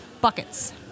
buckets